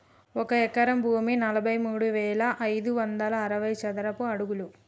ఒక ఎకరం భూమి నలభై మూడు వేల ఐదు వందల అరవై చదరపు అడుగులు